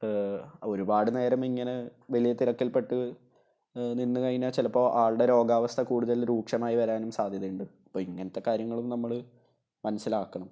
ഒരുപാട് നേരമിങ്ങനെ വലിയ തിരക്കിൽ പെട്ട് നിന്നു കഴിഞ്ഞാൽ ചിലപ്പോൾ ആളുകളുടെ രോഗാവസ്ഥ കൂടുതൽ രൂക്ഷമായി വരാനും സാദ്ധ്യതയുണ്ട് അപ്പം ഇങ്ങനത്തെ കാര്യങ്ങളും നമ്മൾ മനസ്സിലാക്കണം